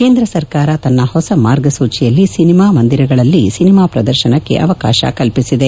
ಕೇಂದ್ರ ಸರ್ಕಾರ ತನ್ನ ಹೊಸ ಮಾರ್ಗಸೂಚಿಯಲ್ಲಿ ಸಿನಿಮಾ ಮಂದಿರಗಳು ಹಾಗೂ ಧಿಯೇಟರ್ಗಳಲ್ಲಿ ಸಿನಿಮಾ ಪ್ರದರ್ಶನಕ್ಕೆ ಅವಕಾಶ ಕಲ್ಪಿಸಿದೆ